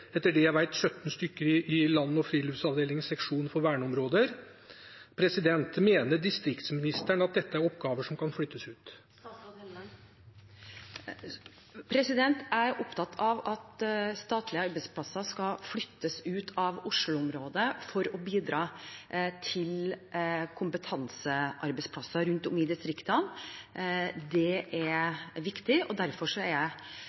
det 17 personer i Land- og friluftslivavdelingen, seksjonen for verneområder. Mener distriktsministeren at dette er oppgaver som kan flyttes ut? Jeg er opptatt av at statlige arbeidsplasser skal flyttes ut av Oslo-området for å bidra til kompetansearbeidsplasser rundt om i distriktene. Det er viktig, og derfor er jeg